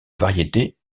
variété